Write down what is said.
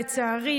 לצערי,